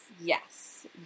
Yes